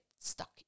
stuck